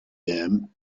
them